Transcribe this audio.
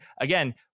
again